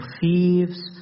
thieves